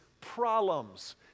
problems